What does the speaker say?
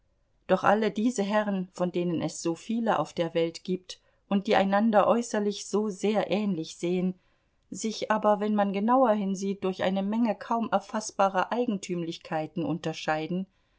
doch alle diese herren von denen es so viele auf der welt gibt und die einander äußerlich so sehr ähnlich sehen sich aber wenn man genauer hinsieht durch eine menge kaum erfaßbarer eigentümlichkeiten unterscheiden